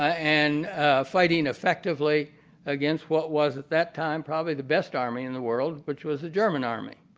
and fighting effectively against what was at that time probably the best army in the world which was the german army.